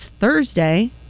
Thursday